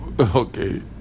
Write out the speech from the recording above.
Okay